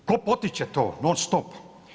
Tko potiče to non stop?